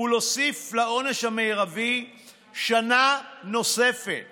ולהוסיף לעונש המרבי שנה נוספת